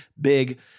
big